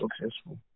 successful